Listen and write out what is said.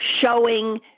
showing